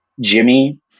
Jimmy